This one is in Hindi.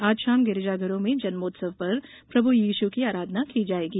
आज शाम गिरजाघरों में जन्मोत्सव पर प्रभु यीशू की आराधना की जायेगी